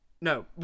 No